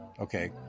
Okay